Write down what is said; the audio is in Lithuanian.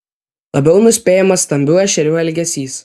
labiau nuspėjamas stambių ešerių elgesys